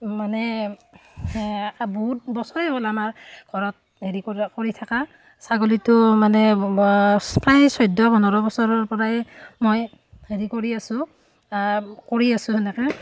মানে বহুত বছৰে হ'ল আমাৰ ঘৰত হেৰি কৰা কৰি থকা ছাগলীটো মানে প্ৰায় চৈধ্য পোন্ধৰ বছৰৰপৰাই মই হেৰি কৰি আছো কৰি আছো সেনেকৈ